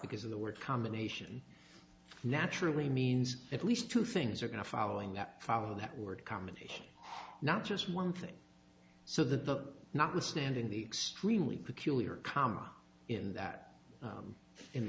because of the word combination naturally means at least two things are going to following that follow that word combinations not just one thing so that the notwithstanding the extremely peculiar comma in that